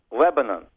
Lebanon